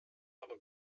aber